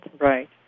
Right